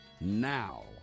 now